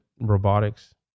robotics